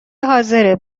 حاضره